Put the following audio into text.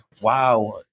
wow